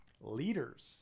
leaders